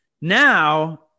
Now